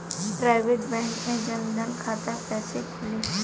Private bank मे जन धन खाता कैसे खुली?